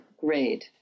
grade